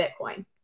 bitcoin